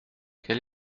quel